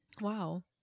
wow